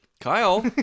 Kyle